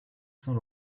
saint